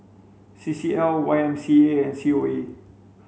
C C L Y M C A and C O A